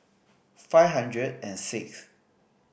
five hundred and sixth